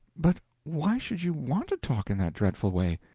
but why should you want to talk in that dreadful way?